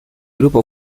grupo